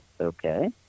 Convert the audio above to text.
okay